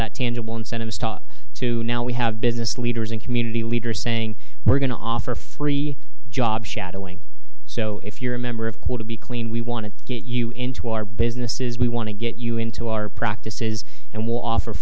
that tangible incentive stop to now we have business leaders and community leaders saying we're going to offer free job shadowing so if you're a member of quote to be clean we want to get you into our businesses we want to get you into our practices and will offer